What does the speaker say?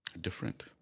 different